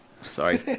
Sorry